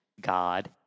God